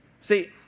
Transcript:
See